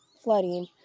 flooding